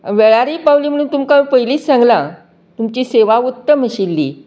वेळारूय पावलें म्हुणू तुमकां पयलींच सांगलां तुमची सेवा उत्तम आशिल्ली